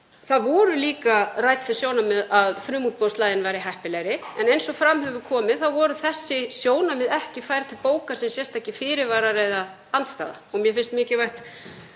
Það voru líka rædd þau sjónarmið að frumútboðsleiðin væri heppilegri en eins og fram hefur komið voru þessi sjónarmið ekki færð til bókar sem sérstakir fyrirvarar eða andstaða. Mér finnst mikilvægt